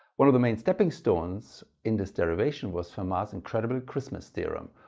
one of the main stepping stones in this derivation was fermat's incredible christmas theorem,